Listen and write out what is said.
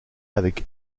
avec